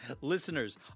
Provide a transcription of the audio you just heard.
Listeners